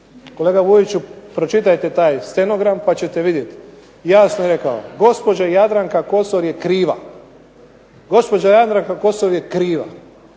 Kolega Vujiću pročitajte taj stenogram pa ćete vidjeti. Jasno je rekao gospođa Jadranka Kosor je kriva. Dakle kolega Linić je u ime